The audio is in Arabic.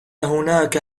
هناك